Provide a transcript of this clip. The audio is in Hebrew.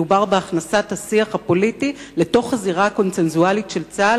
מדובר בהכנסת השיח הפוליטי לתוך הזירה הקונסנזואלית של צה"ל,